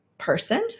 person